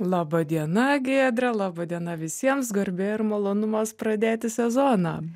laba diena giedre laba diena visiems garbė ir malonumas pradėti sezoną